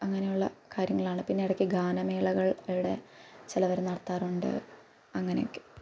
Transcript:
അങ്ങനെയുള്ള കാര്യങ്ങളാണ് പിന്നെ ഇടയ്ക്ക് ഗാനമേളകൾ ഇവിടെ ചിലവർ നടത്താറുണ്ട് അങ്ങനെയൊക്കെ